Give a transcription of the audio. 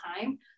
time